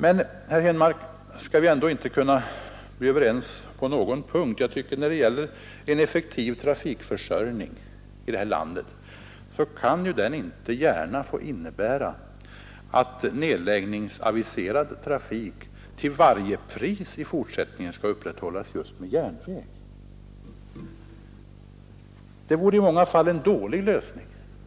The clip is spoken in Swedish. Men, herr Henmark, skall vi inte kunna bli överens på någon punkt? Med tanke på en effektiv trafikförsörjning här i landet kan man inte gärna kräva att nedläggningsaviserad trafik till varje pris skall upprätthållas just med järnväg. Det vore i många fall en dålig lösning